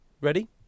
ready